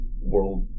world